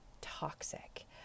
toxic